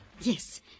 Yes